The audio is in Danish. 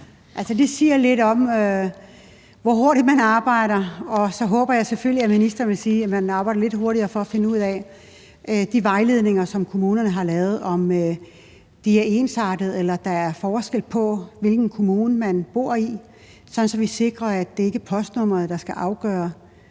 det siger lidt om, hvor hurtigt man arbejder. Så håber jeg selvfølgelig, at ministeren vil sige, at man arbejder lidt hurtigere for at finde ud af, om de vejledninger, som kommunerne har lavet, er ensartede, eller om der er forskel på, hvilken kommune man bor i, så vi sikrer, at det ikke er postnummeret, der skal afgøre,